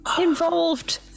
involved